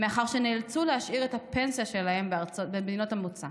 מאחר שנאלצו להשאיר את הפנסיה במדינות המוצא.